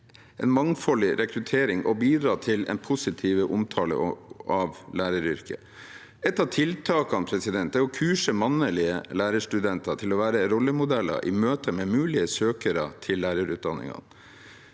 en mangfoldig rekruttering og bidra til en positiv omtale av læreryrket. Et av tiltakene er å kurse mannlige lærerstudenter til å være rollemodeller i møte med mulige søkere til lærer